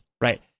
right